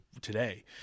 today